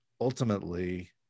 ultimately